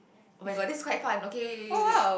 oh-my-god this is quite fun okay okay okay wait